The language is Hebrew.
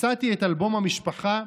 מצאתי את אלבום המשפחה,